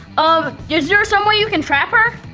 um, is there some way you can trap her?